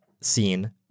scene